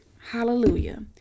hallelujah